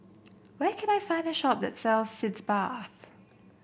where can I find a shop that sells Sitz Bath